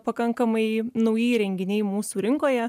pakankamai nauji įrenginiai mūsų rinkoje